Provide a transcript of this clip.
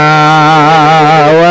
Now